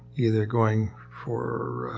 either going for